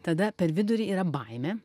tada per vidurį yra baimė